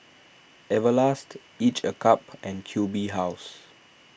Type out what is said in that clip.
Everlast Each a cup and Q B House